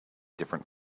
different